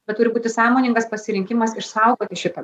bet turi būti sąmoningas pasirinkimas išsaugoti šitą